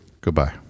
goodbye